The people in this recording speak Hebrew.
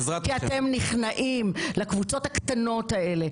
כי אתם נכנעים לקבוצות הקטנות האלה,